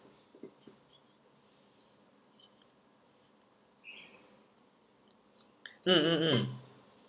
mm mm mm